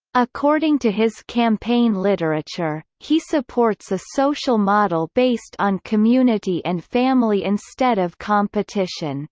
according to his campaign literature, he supports a social model based on community and family instead of competition.